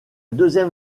deuxième